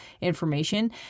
information